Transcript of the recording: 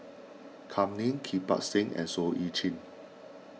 Kam Ning Kirpal Singh and Seah Eu Chin